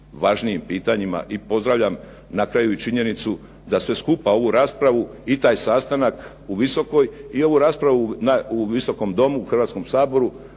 važnijim pitanjima. I pozdravljam na kraju i činjenicu da sve skupa ovu raspravu ni taj sastanak u visokoj i ovu raspravu u Visokom domu u Hrvatskom saboru